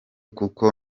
kuko